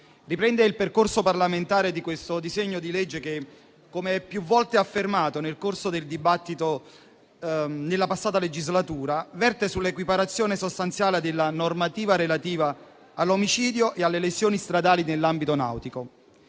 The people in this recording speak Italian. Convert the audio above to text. Riprende il percorso parlamentare del disegno di legge in oggetto, che come più volte è stato affermato nel corso del dibattito nella passata legislatura, verte sull'equiparazione sostanziale della normativa relativa all'omicidio e alle lesioni stradali nell'ambito nautico.